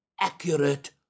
accurate